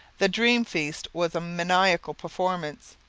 the dream feast was a maniacal performance.